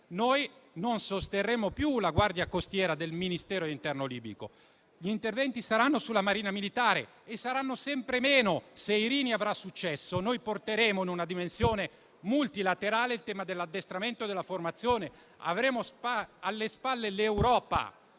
noi non sosterremo più la Guardia costiera del Ministero dell'interno libico; gli interventi saranno sulla Marina militare e saranno sempre meno. Se la missione Irini avrà successo, noi porteremo in una dimensione multilaterale il tema dell'addestramento e della formazione. Avremo alle spalle l'Europa